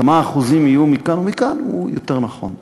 כמה אחוזים יהיו מכאן ומכאן הוא יותר נכון.